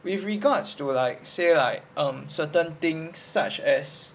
with regards to like say like um certain things such as